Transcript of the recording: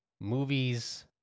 movies